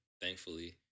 thankfully